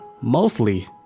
mostly